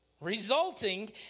resulting